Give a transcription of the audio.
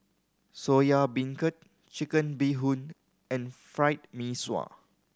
Soya Beancurd Chicken Bee Hoon and Fried Mee Sua